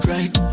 Right